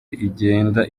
igenda